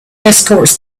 escorts